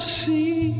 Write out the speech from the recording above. see